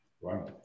Wow